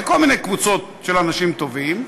לכל מיני קבוצות של אנשים טובים,